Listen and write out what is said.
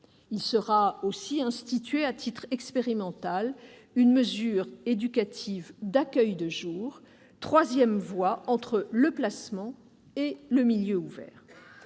Il sera aussi institué à titre expérimental une mesure éducative d'accueil de jour, troisième voie entre le placement et le milieu ouvert.